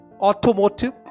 automotive